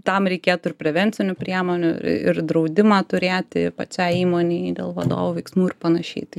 tam reikėtų ir prevencinių priemonių ir draudimą turėti pačiai įmonei dėl vadovų veiksmų ir panašiai